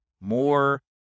more